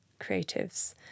creatives